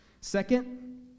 Second